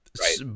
right